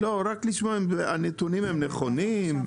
רק לשמוע אם הנתונים אכן נכונים.